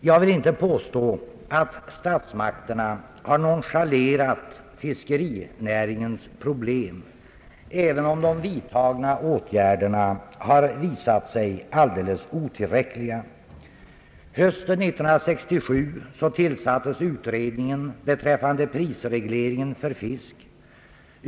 Jag vill inte påstå att statsmakterna har nonchalerat fiskerinäringens problem, även om de vidtagna åtgärderna har visat sig alldeles otillräckliga. Hösten 1967 tillsattes utredningen beträffande prisregleringen för fisk.